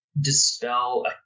dispel